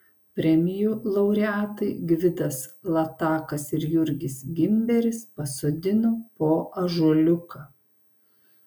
premijų laureatai gvidas latakas ir jurgis gimberis pasodino po ąžuoliuką